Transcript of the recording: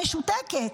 משותקת,